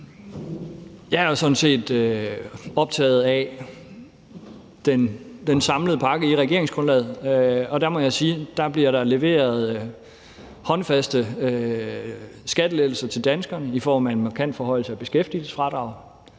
set optaget af den samlede pakke i regeringsgrundlaget, og der må jeg sige, at der bliver leveret håndfaste skattelettelser til danskerne i form af en markant forhøjelse af beskæftigelsesfradraget;